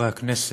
חברי חברי הכנסת,